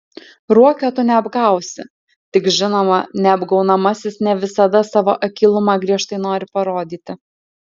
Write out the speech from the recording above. ruokio tu neapgausi tik žinoma neapgaunamasis ne visada savo akylumą griežtai nori parodyti